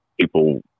people